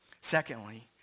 Secondly